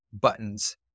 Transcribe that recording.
buttons